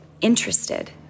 interested